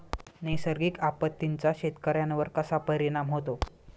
नैसर्गिक आपत्तींचा शेतकऱ्यांवर कसा परिणाम होतो?